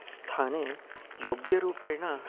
स्थाने योग्यरूपेण